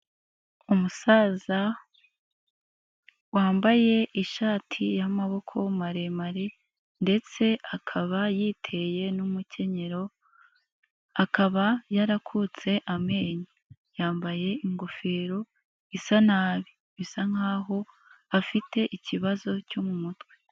Umusaza wambaye ishati y'amaboko maremare ndetse akaba yiteye n'umukenyero, akaba yarakutse amenyo, yambaye ingofero isa nabi, bisa nkaho afite ikibazo cyo mu mutwe.